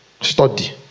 study